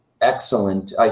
excellent